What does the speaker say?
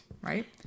Right